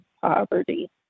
poverty